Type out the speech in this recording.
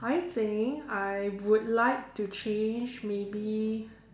I think I would like to change maybe